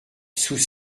sous